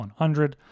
100